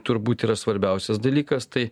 turbūt yra svarbiausias dalykas tai